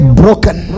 broken